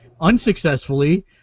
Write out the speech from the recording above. unsuccessfully